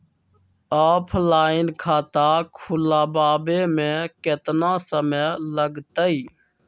Offline खाता खुलबाबे में केतना समय लगतई?